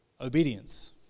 obedience